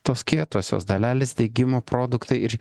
tos kietosios dalelės degimo produktai ir